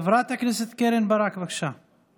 חברת הכנסת קרן ברק, בבקשה.